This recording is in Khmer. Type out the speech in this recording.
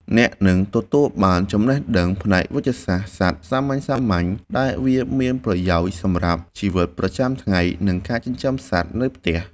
អ្នកនឹងទទួលបានចំណេះដឹងផ្នែកវេជ្ជសាស្ត្រសត្វសាមញ្ញៗដែលវាមានប្រយោជន៍សម្រាប់ជីវិតប្រចាំថ្ងៃ និងការចិញ្ចឹមសត្វនៅផ្ទះ។